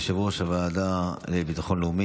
יושב-ראש הוועדה לביטחון לאומי,